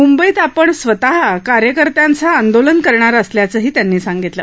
मुंबईत आपण स्वतः कार्यकर्त्यांसह आंदोलन करणार असल्याचंही त्यांनी सांगितलं